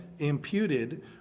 imputed